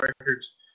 records